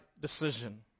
decision